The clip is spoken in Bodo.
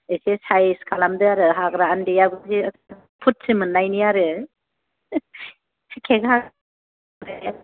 एसे साइस खालामदो आरो हाग्रा उन्दैया जे फुर्ति मोननायनि आरो केक हानायनि